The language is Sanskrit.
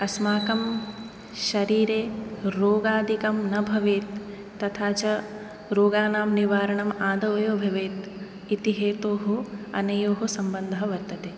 अस्माकं शरीरे रोगादिकं न भवेत् तथा च रोगानां निवारणम् आदौ एव भवेत् इति हेतोः अनयोः सम्बन्धः वर्तते